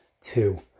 two